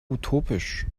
utopisch